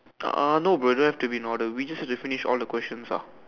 uh no bro don't have to be in order we just have to finish all the questions ah